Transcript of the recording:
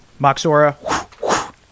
Moxora